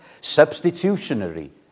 Substitutionary